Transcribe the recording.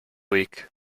week